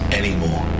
anymore